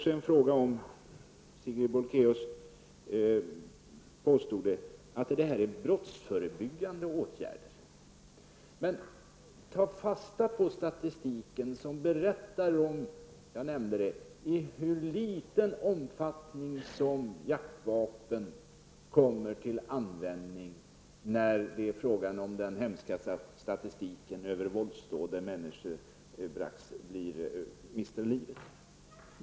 Sigrid Bolkéus påstod också att detta är brottsförebyggande åtgärder. Men ta då fasta på den statistik som berättar om i hur liten omfattning jaktvapen kommer till användning i hemska våldsdåd där människor mister livet.